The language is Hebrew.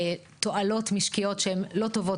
תועלות משקיות שהן לא טובות,